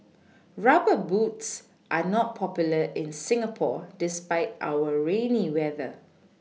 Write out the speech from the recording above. rubber boots are not popular in Singapore despite our rainy weather